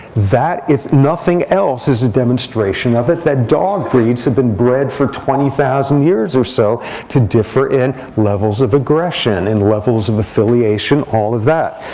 that, if nothing else, is a demonstration of it, that dog breeds have been bred for twenty thousand years or so to differ in levels of aggression, in levels of affiliation, all of that.